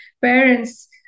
parents